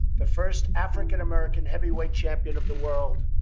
the first african american heavyweight champion of the world,